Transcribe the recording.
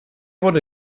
wurde